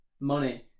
money